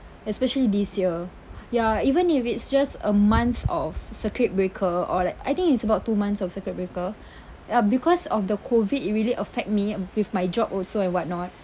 especially this year ya even if it's just a month of circuit breaker or like I think it's about two months of circuit breaker uh because of the COVID really affect me with my job also and whatnot